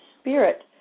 Spirit